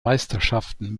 meisterschaften